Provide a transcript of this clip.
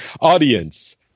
audience